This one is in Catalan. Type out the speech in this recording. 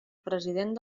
president